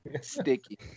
Sticky